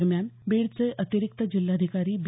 दरम्यान बीडचे अतिरिक्त जिल्हाधिकारी बी